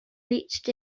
reached